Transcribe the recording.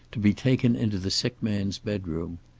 to be taken into the sick man's bedroom.